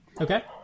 Okay